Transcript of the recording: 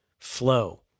flow